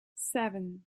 seven